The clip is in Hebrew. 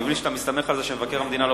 אני מבין שאתה מסתמך על זה שמבקר המדינה לא